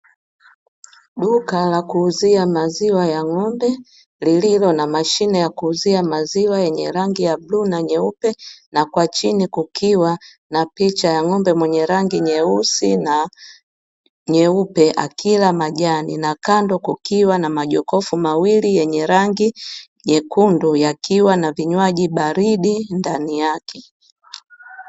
Duka la kuuzia maziwa ya ng'ombe lililo na mashine ya kuuzia maziwa yenye rangi ya bluu na nyeupe na kwa chini kukiwa na picha ya ng'ombew rangi nyeusi na nyeupe na kando kukiwa na majokofu mawili yenye rangi nyekundu yakiwa na vinywaji baridi ndani yake.